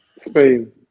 spain